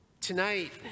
Tonight